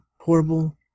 horrible